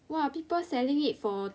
!wah! people selling it for